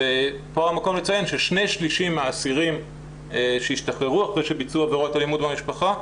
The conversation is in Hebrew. ופה המקום לציין ש-2/3 מהאסירים שהשתחררו אחרי שביצעו אלימות במשפחה,